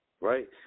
Right